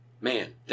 Man